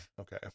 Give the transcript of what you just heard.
Okay